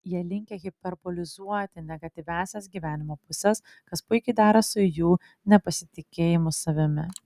jie linkę hiperbolizuoti negatyviąsias gyvenimo puses kas puikiai dera su jų nepasitikėjimu savimi